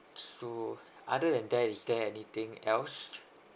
so other than that is there anything else